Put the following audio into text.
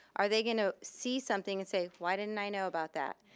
are they gonna see something and say, why didn't i know about that?